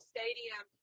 Stadium